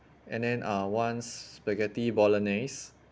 and then ah one spaghetti bolognese